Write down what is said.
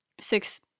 six